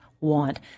want